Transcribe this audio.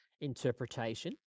interpretation